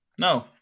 No